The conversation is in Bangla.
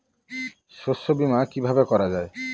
শস্য বীমা কিভাবে করা যায়?